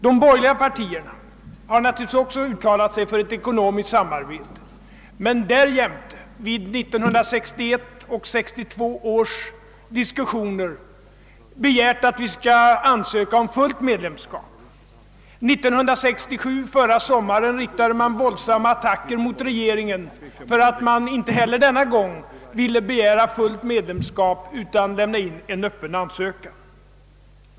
De borgerliga partierna har naturligtvis också uttalat sig för ett ekonomiskt samarbete men begärde vid 1961 och 1962 års diskussioner att vi skulle ansöka om fullt medlemskap. 1967, förra sommaren, riktades våldsamma attacker mot regeringen för att den inte heller denna gång ville begära fullt medlemskap utan lämnade in en öppen ansökan.